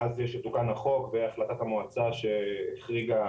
מאז שתוקן החוק והחלטת המועצה שהחריגה